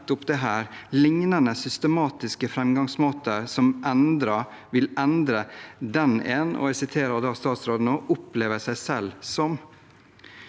nettopp dette: «lignende systematiske framgangsmåter» som vil endre den som, og jeg siterer nå statsråden, «opplever seg selv som».